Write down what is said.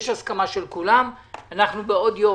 בעוד יום